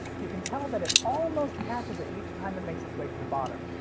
you can tell that it almost catches it each time it makes its way to the bottom,